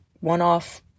one-off